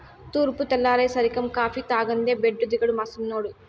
తూర్పు తెల్లారేసరికం కాఫీ తాగందే బెడ్డు దిగడు మా సిన్నోడు